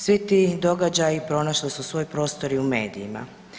Svi ti događaji pronašli su svoj prostor i u medijima.